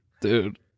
Dude